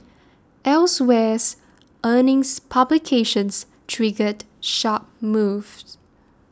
elsewhere earnings publications triggered sharp moves